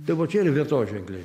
tai vo čia yra vietoženkliai